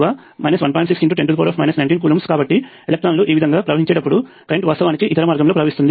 610 19 coulombs కాబట్టి ఎలక్ట్రాన్లు ఈ విధంగా ప్రవహించేటప్పుడు కరెంట్ వాస్తవానికి ఇతర మార్గంలో ప్రవహిస్తుంది